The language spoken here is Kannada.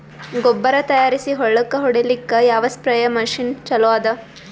ಗೊಬ್ಬರ ತಯಾರಿಸಿ ಹೊಳ್ಳಕ ಹೊಡೇಲ್ಲಿಕ ಯಾವ ಸ್ಪ್ರಯ್ ಮಷಿನ್ ಚಲೋ ಅದ?